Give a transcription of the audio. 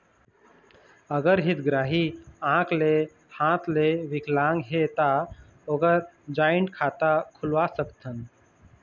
अगर हितग्राही आंख ले हाथ ले विकलांग हे ता ओकर जॉइंट खाता खुलवा सकथन?